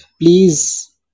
please